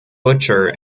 butcher